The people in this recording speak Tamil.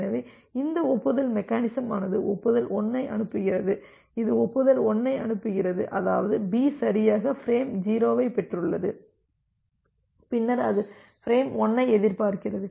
எனவே இந்த ஒப்புதல் மெக்கெனிசமானது ஒப்புதல் 1 ஐ அனுப்புகிறது இது ஒப்புதல் 1 ஐ அனுப்புகிறது அதாவது B சரியாக ஃபிரேம் 0ஐ பெற்றுள்ளது பின்னர் அது ஃபிரேம் 1 ஐ எதிர்பார்க்கிறது